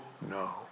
no